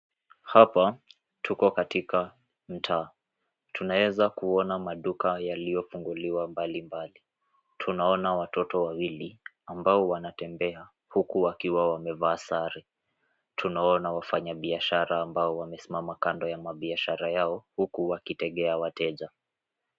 Hapa tuko katika mtaa. Tunaeza kuona maduka yaliyofunguliwa mbalimbali. Tunaona watoto wawili ambao wanatembea, huku wakiwa wamevaa sare. Tunaona wafanyabiashara ambao wamesimama kandoya biashara yao huku wakitegea wateja.